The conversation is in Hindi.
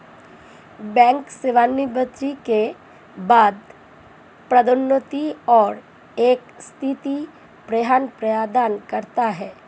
बैंक सेवानिवृत्ति के बाद पदोन्नति और एक स्थिर पेंशन प्रदान करता है